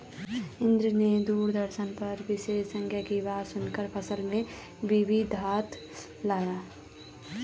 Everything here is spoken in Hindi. इंद्र ने दूरदर्शन पर विशेषज्ञों की बातें सुनकर फसल में विविधता लाया